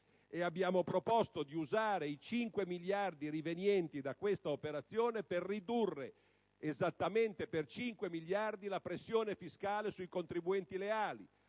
Abbiamo poi proposto di usare i 5 miliardi rivenienti da questa operazione per ridurre, esattamente della stessa cifra, la pressione fiscale sui contribuenti leali.